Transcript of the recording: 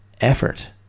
effort